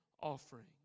offering